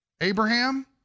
Abraham